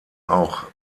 auch